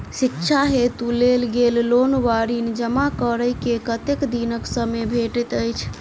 शिक्षा हेतु लेल गेल लोन वा ऋण जमा करै केँ कतेक दिनक समय भेटैत अछि?